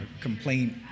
complaint